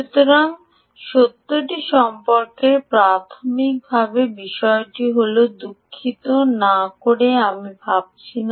সুতরাং সত্যটি সম্পর্কে প্রাথমিক বিষয়টি হল ই দুঃখিত না করে আমি ভাবছি না